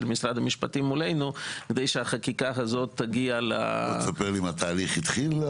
משרד המשפטים מולנו כדי שהחקיקה הזאת תגיע --- והתהליך התחיל?